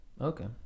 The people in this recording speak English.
Okay